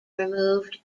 removed